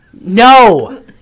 No